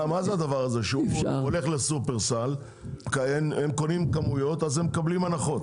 מה זה הדבר הזה שבשופרסל קונים כמויות אז מקבלים הנחות.